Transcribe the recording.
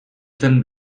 zen